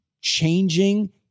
changing